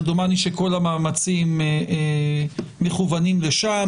דומני שכל המאמצים מכוונים לשם.